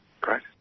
Great